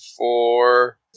Four